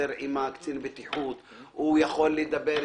קצין הבטיחות, הוא יכול לדבר אתו.